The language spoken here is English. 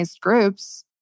groups